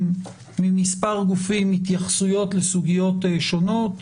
ממספר גופים התייחסויות לסוגיות שונות.